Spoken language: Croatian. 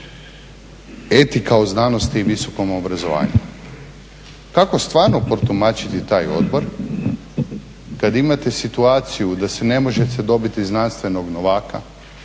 Etika o znanosti i visoko obrazovanje. Kako stvarno protumačiti taj odbor kad imate situaciju da se ne možete dobiti znanstvenog novaka,